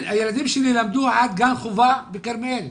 הילדים שלי למדו עד גן גובה בכרמיאל,